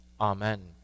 Amen